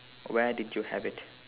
where did you have it